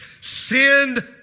Send